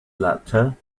letter